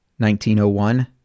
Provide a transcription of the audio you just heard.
1901